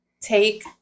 take